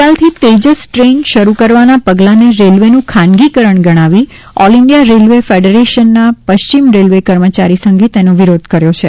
ગઇકાલથી તેજસ ટ્રેન શરૂ કરવાના પગલાંને રેલવેનું ખાનગી કરણ ગણાવી ઓલ ઇન્ડિયા રેલવે ફેડરેશનના પશ્ચિમ રેલવે કર્મયારી સંઘે તેનો વિરોધ કર્યો છે